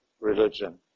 religion